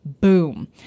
Boom